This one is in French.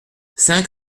cinq